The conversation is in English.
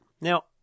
Now